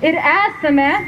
ir esame